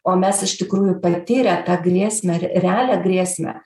o mes iš tikrųjų patyrę tą grėsmę ir realią grėsmę